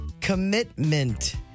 commitment